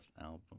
album